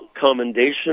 commendation